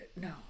no